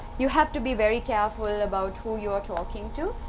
you have to be very careful about who you are talking to,